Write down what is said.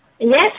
Yes